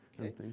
Okay